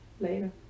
later